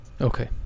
Okay